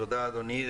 תודה, אדוני.